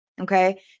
okay